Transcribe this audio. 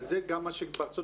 וזה גם מה הדוחות שבארה"ב,